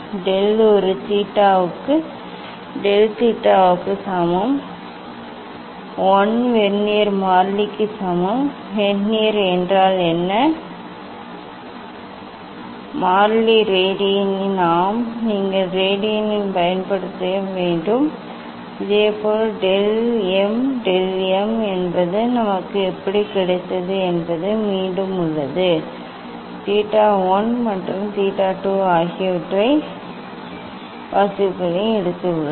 del ஒரு del தீட்டாவுக்கு சமம் 1 வெர்னியர் மாறிலிக்கு சமம் வெர்னியர் என்றால் என்ன மாறிலி ரேடியனில் ஆம் நீங்கள் ரேடியனில் பயன்படுத்த வேண்டும் இதேபோல் டெல் எம் டெல் எம் என்பதும் நமக்கு எப்படி கிடைத்தது என்பது மீண்டும் உள்ளது தீட்டா 1 மற்றும் தீட்டா 2 ஆகிய இரண்டு வாசிப்புகளை எடுத்துள்ளோம்